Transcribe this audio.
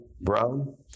Brown